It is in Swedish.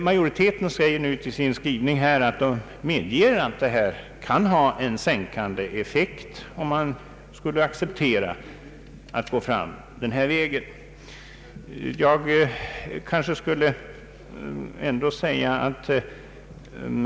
Majoriteten medger i sin skrivning att det kan ha en hyressänkande effekt om man skulle acceptera att gå fram den föreslagna vägen.